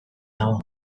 dago